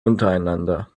untereinander